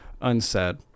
unsaid